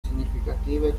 significative